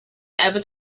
ever